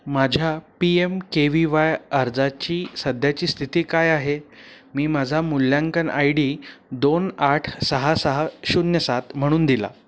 माझ्या P M K V Y अर्जाची सध्याची स्थिती काय आहे मी माझा मूल्यांकन आय डी दोन आठ सहा सहा शून्य सात म्हणून दिला